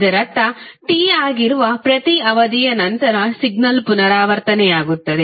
ಇದರರ್ಥ T ಆಗಿರುವ ಪ್ರತಿ ಅವಧಿಯ ನಂತರ ಸಿಗ್ನಲ್ ಪುನರಾವರ್ತನೆಯಾಗುತ್ತದೆ